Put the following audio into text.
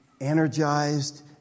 energized